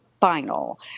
final